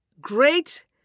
great